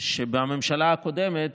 שבממשלה הקודמת,